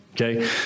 Okay